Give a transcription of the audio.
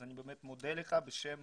אז אני באמת מודה לך בשם